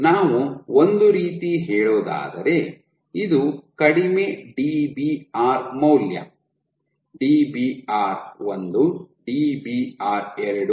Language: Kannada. ನಾವು ಒಂದು ರೀತಿ ಹೇಳೋದಾದರೆ ಇದು ಕಡಿಮೆ Dbr ಮೌಲ್ಯ Dbr 1 Dbr 2 Dbr 3